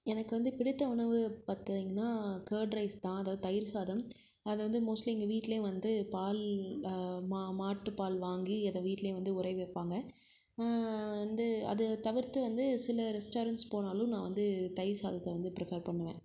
எனக்கு வந்து பிடித்த உணவு பார்த்திங்கன்னா கர்ட் ரைஸ் தான் அதாவது தயிர் சாதம் அது வந்து மோஸ்ட்லி எங்கள் வீட்லேயும் வந்து பால் மாட்டு பால் வாங்கி அதை வீட்லேயே வந்து உறைய வைப்பாங்க வந்து அது தவிர்த்து வந்து சில ரெஸ்டாரெண்ட்ஸ் போனாலும் நான் வந்து தயிர் சாதத்தை வந்து ப்ரிஃபர் பண்ணுவேன்